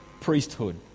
priesthood